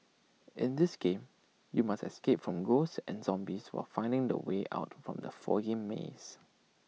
in this game you must escape from ghosts and zombies while finding the way out from the foggy maze